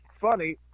funny